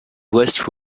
west